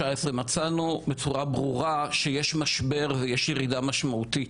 מצאנו בצורה ברורה שישנו משבר וירידה משמעותית.